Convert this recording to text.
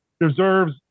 deserves